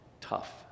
tough